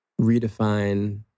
redefine